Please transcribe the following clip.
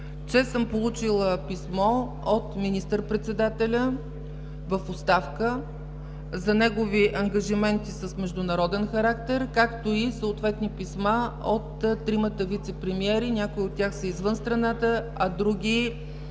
че съм получила писмо от министър-председателя в оставка за негови ангажименти с международен характер, както и съответни писма от тримата вицепремиери – някои от тях са извън страната, а други